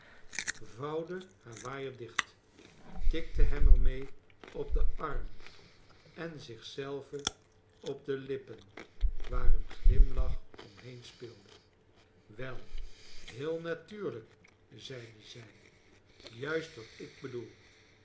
vouwde haar waaier dicht tikte hem er mee op den arm en zich zelve op de lippen waar een glimlach omheen speelde wel heel natuurlijk zeide zij juist wat ik bedoel